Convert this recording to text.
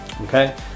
okay